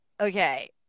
okay